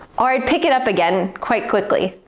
or i'd pick it up again quite quickly.